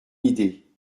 idée